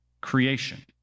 creation